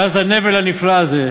הכנסת, ביקשה את התייחסותי,